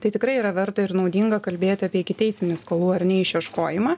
tai tikrai yra verta ir naudinga kalbėti apie ikiteisminį skolų ar ne išieškojimą